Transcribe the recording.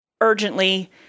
urgently